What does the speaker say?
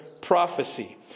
prophecy